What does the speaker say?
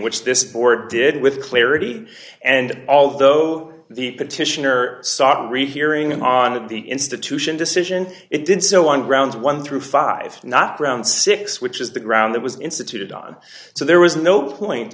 which this board did with clarity and although the petitioner sought rehearing on the institution decision it did so on grounds one through five not grounds six which is the ground that was instituted on so there was no point